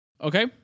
Okay